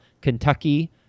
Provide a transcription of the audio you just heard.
Kentucky